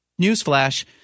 Newsflash